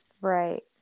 right